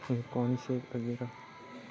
हिकॉनशे Tavera